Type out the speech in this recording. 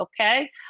Okay